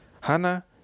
hana